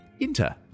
Enter